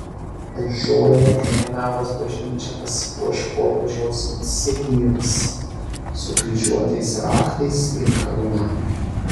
per žolinę krekenavos bažnyčia pasipuoš popiežiaus insignijomis sukryžiuotais raktais ir karūna